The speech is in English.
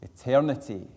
Eternity